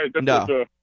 No